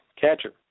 catcher